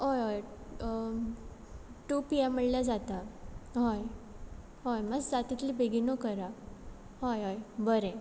हय हय two PM एम म्हणल्यार जाता हय हय मातसो जाता तितलें बेगिनू करा हय हय बरें